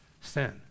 Sin